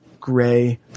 gray